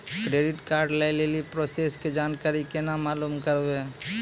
Credit card लय लेली process के जानकारी केना मालूम करबै?